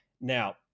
Now